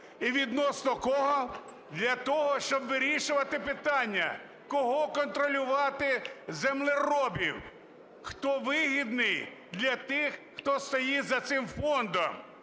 І відносно кого? Для того, щоб вирішувати питання, кого контролювати землеробів, хто вигідний для тих, хто стоїть за цим фондом.